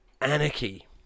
anarchy